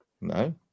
no